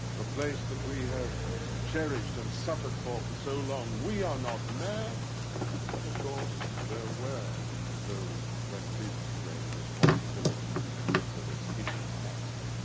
the place that we have cherished and suffered for for so long. we are not mad but of course there were those that did claim responsibility for this hideous act.